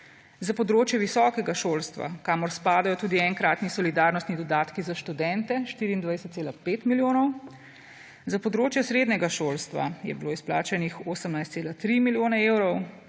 za področje visokega šolstva, kamor spadajo tudi enkratni solidarnostni dodatki za študente, 24,5 milijonov, za področje srednjega šolstva je bilo izplačanih 18,3 milijone evrov,